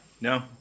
No